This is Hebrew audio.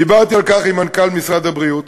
דיברתי על כך עם מנכ"ל משרד הבריאות